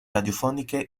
radiofoniche